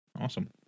Awesome